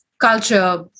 culture